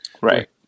right